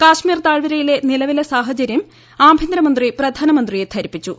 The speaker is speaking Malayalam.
കശ്മീർ താഴ്വരയിലെ നിലവിലെ സാഹചര്യം ആഭ്യന്തരമന്ത്രി പ്രധാനമന്ത്രിയെ ധരിപ്പിച്ചു